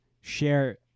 Share